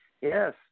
Yes